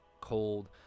cold